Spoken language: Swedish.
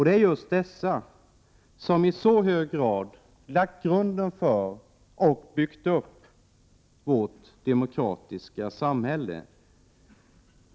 Det är just dessa som i hög grad har lagt grunden för och byggt upp vårt demokratiska samhälle.